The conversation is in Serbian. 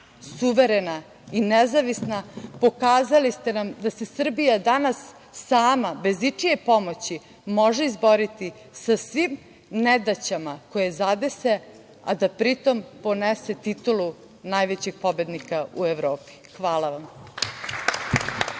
suverena i nezavisna. Pokazali ste nam da se Srbija danas sama, bez ičije pomoći može izboriti sa svim nedaćama koje je zadese, a da pri tom ponese titulu najvećeg pobednika u Evropi. Hvala vam.